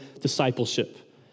discipleship